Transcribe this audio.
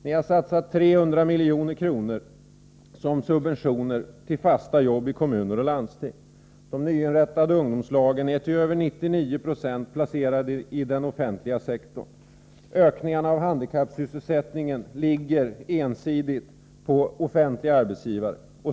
Ni har satsat 300 milj.kr. som subventioner till fasta jobb i kommuner och landsting. De nyinrättade ungdomslagen är till över 99 Z0 placerade i den offentliga sektorn. Ökningarna av handikappsysselsättningen ligger ensidigt på offentliga arbetsgivare.